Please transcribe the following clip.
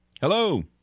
Hello